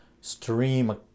stream